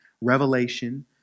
revelation